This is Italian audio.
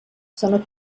sono